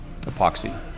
epoxy